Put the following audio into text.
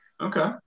okay